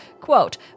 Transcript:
Quote